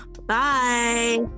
Bye